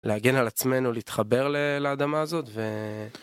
להגן על עצמנו, להתחבר ל... לאדמה הזאת ו...